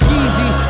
easy